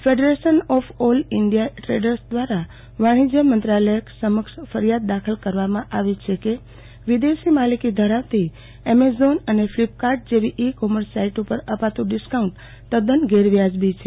federation of all India traders દ્વારા વાણિજ્ય મંત્રાલય સમક્ષ ફરિયાદ દાખલ કરવામાં આવી છે કે વિદેશી માલિકી ધરાવતી એમેઝોન અને ફ્લિપકાર્ટ જેવી ઇ કોમર્સ સાઇટ ઉપર અપાતું ડિસ્કાઉન્ટ તદ્દન ગેરવાજબી છે